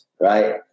Right